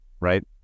Right